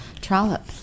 trollop